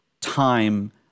time